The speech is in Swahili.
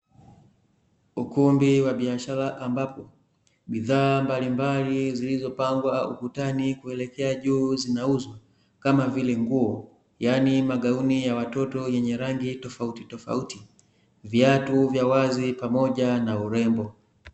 Ukumbi wa biashara ambapo, bidhaa mbalimbali zilizopangwa ukutani kuelekea juu zinauzwa, kama vile; nguo yaani magauni ya watoto yenye rangi tofauti tofauti, viatu vya wazi pamoja na urembo.